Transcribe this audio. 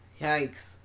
yikes